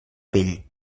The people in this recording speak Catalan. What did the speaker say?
pell